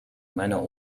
meiner